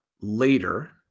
later